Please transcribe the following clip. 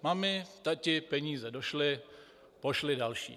Mami, tati, peníze došly, pošli další.